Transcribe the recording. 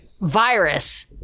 virus